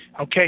Okay